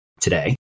Today